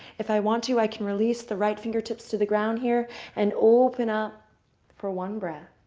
if i want to, i can release the right fingertips to the ground here and open up for one breath.